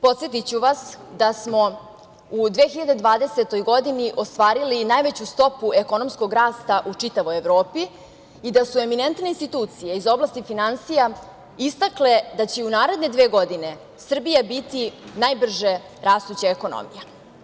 Podsetiću vas da smo u 2020. godini ostvarili najveću stopu ekonomskog rasta u čitavoj Evropi i da su eminentne institucije iz oblasti finansija istakle da će u naredne dve godine Srbija biti najbrže rastuća ekonomija.